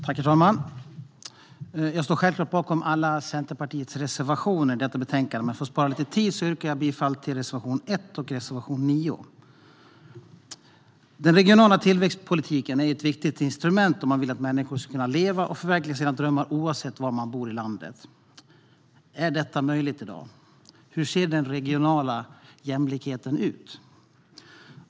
Herr talman! Jag står självklart bakom alla Centerpartiets reservationer i detta betänkande, men för att spara lite tid yrkar jag bifall enbart till reservation 1 och reservation 9. Den regionala tillväxtpolitiken är ett viktigt instrument om man vill att människor ska kunna leva och förverkliga sina drömmar oavsett var i landet de bor. Är detta möjligt i dag? Hur ser den regionala jämlikheten ut?